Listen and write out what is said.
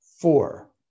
Four